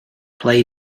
play